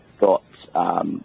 got